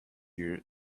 ear